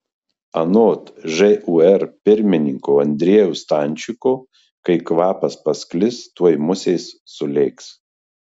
anot žūr pirmininko andriejaus stančiko kai kvapas pasklis tuoj musės sulėks